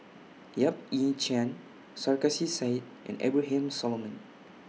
Yap Ee Chian Sarkasi Said and Abraham Solomon